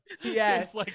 Yes